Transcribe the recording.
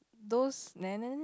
those